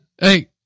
Hey